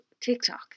TikTok